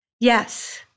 Yes